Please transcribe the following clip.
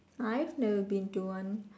I've never been to one